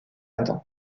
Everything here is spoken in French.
adam